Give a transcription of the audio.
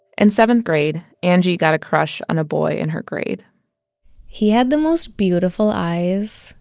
and seventh grade, angie got a crush on a boy in her grade he had the most beautiful eyes.